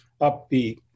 upbeat